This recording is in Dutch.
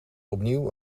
opnieuw